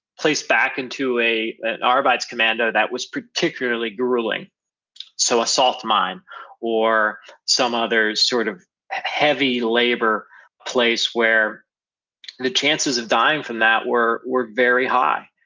placed back into an arbiters commando that was particularly grueling so a salt mine or some other sort of heavy labor place where the chances of dying from that were were very high.